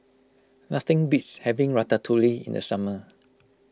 nothing beats having Ratatouille in the summer